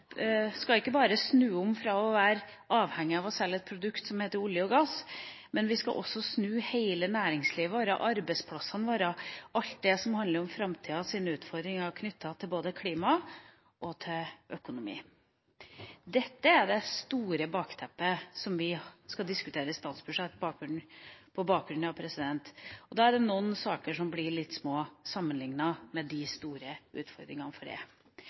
skal ikke bare snu om fra å være avhengig av å selge et produkt som olje og gass, men vi skal også snu hele næringslivet vårt, arbeidsplassene våre, alt det som handler om framtidas utfordringer knyttet til både klima og økonomi. Dette er det store bakteppet som vi skal diskutere statsbudsjettet mot, og da er det noen saker som blir litt små sammenlignet med de store utfordringene. For